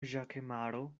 ĵakemaro